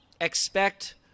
Expect